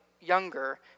younger